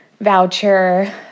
voucher